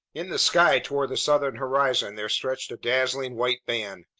in the sky toward the southern horizon, there stretched a dazzling white band.